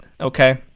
okay